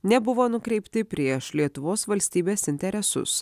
nebuvo nukreipti prieš lietuvos valstybės interesus